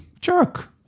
Jerk